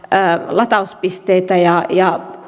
latauspisteitä ja ja